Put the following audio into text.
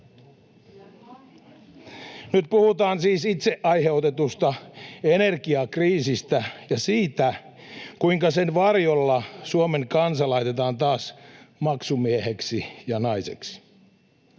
Nyt puhutaan siis itse aiheutetusta energiakriisistä ja siitä, kuinka sen varjolla Suomen kansa laitetaan taas maksumieheksi ja ‑naiseksi.